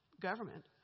government